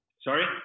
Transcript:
sorry